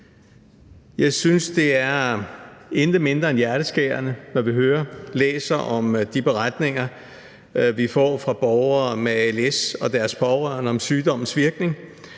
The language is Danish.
Jeg synes det er intet mindre end hjerteskærende, når vi hører og læser om de beretninger, vi får fra borgere med als og deres pårørende om sygdommens virkning,